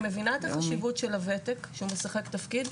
אני מבינה את החשיבות של הוותק שהוא משחק תפקיד,